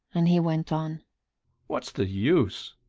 and he went on what's the use?